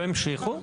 לא המשיכו.